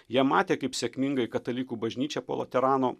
jie matė kaip sėkmingai katalikų bažnyčia po laterano